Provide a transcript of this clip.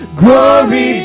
glory